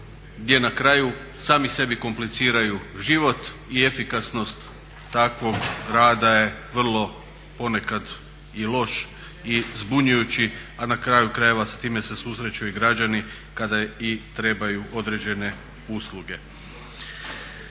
gdje na kraju sami sebi kompliciraju život i efikasnost takvog rada je vrlo ponekad i loš i zbunjujući a na kraju krajeva s time se susreću i građani kada i trebaju određene usluge.